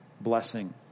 blessing